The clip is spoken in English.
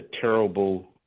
terrible